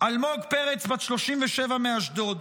אלמוג פרץ, בת 37, מאשדוד,